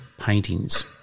paintings